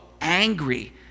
angry